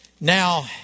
Now